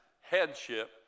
headship